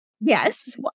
yes